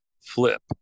flip